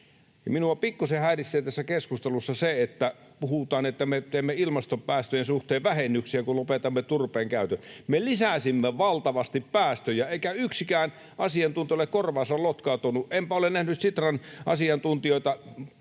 minua pikkusen häiritsee tässä keskustelussa se, että puhutaan, että me teemme ilmaston päästöjen suhteen vähennyksiä, kun lopetamme turpeen käytön. Me lisäsimme valtavasti päästöjä, eikä yksikään asiantuntija ole korvaansa lotkauttanut. Enpä ole nähnyt Sitran asiantuntijoita